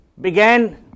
began